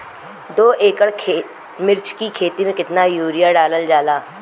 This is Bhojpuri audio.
दो एकड़ मिर्च की खेती में कितना यूरिया डालल जाला?